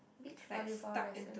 beach volleyball lesson